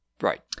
right